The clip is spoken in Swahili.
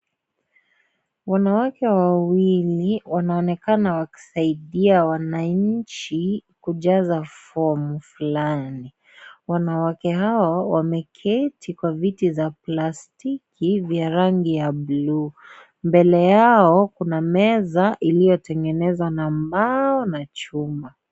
Wanawake wawili wanaonekana wakisaidia wananchi kujaza fomu fulani, wanawake hawa wameketi kwa viti za plastiki vya rangi ya bulu, mbele yao kuna meza iliyotengenezwa na mbao na chuma.